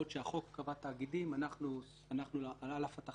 ונקבע פה שגם כשאני נותן הלוואה